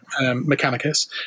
Mechanicus